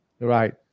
Right